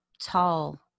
tall